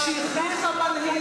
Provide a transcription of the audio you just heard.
את היית שרה כזאת.